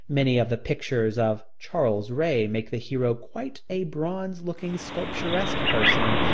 many of the pictures of charles ray make the hero quite a bronze-looking sculpturesque person,